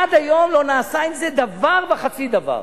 עד היום לא נעשה עם זה דבר וחצי דבר.